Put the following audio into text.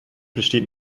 besteht